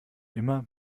immer